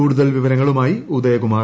കൂടുതൽ വിവരങ്ങളുമായി ്ഉദയകുമാർ